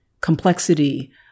complexity